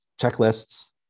checklists